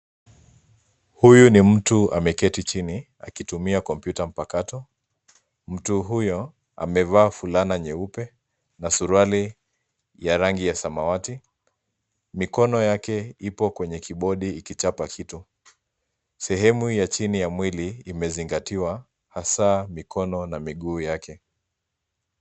Huyu ni mtu ameketi chini akitumia kompyuta mpakato mtu huyo amevaa fulana nyeupe na suruali ya rangi ya samawati mikono yake ipo kwenye kibordi ikichapa kitu sehemu ys chini ya mwili imezingatiwa hasaa mikono na miguu yake.